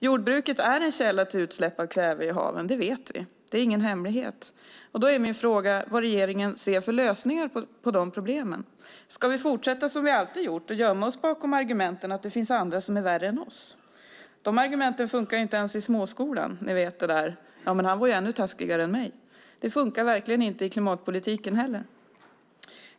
Jordbruket är en källa till utsläpp av kväve i haven; det vet vi. Det är ingen hemlighet. Då är min fråga vad regeringen ser för lösningar på dessa problem. Ska vi fortsätta som vi alltid gjort och gömma oss bakom argumenten att det finns andra som är värre än vi? Dessa argument funkar ju inte ens i småskolan, ni vet: Han var ju ännu taskigare än jag. Det funkar verkligen inte i klimatpolitiken heller.